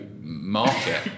market